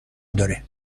داره